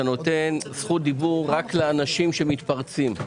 אתה נותן זכות דיבור רק לאנשים שמתפרצים.